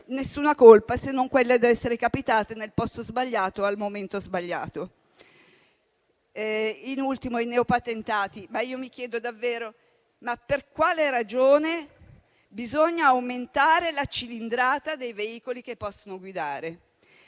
alcuna colpa, se non quella di essere capitate nel posto sbagliato al momento sbagliato. C'è poi il tema dei neopatentati. Mi chiedo davvero per quale ragione bisogna aumentare la cilindrata dei veicoli che possono guidare.